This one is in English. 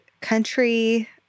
country